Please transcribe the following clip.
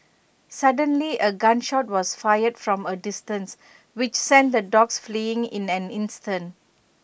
suddenly A gun shot was fired from A distance which sent the dogs fleeing in an instant